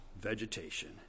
vegetation